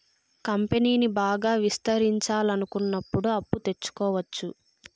కంపెనీని బాగా విస్తరించాలనుకున్నప్పుడు అప్పు తెచ్చుకోవచ్చు